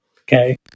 okay